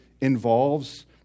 involves